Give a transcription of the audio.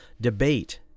Debate